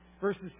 Verses